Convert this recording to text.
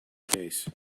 case